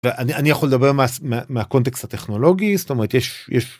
אני אני יכול לדבר מהקונטקסט הטכנולוגי, זאת אומרת יש.